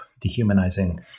dehumanizing